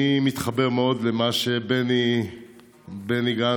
אני מתחבר מאוד למה שבני גנץ,